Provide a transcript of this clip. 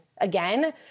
again